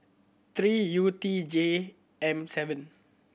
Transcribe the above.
three U T J M seven